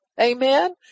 amen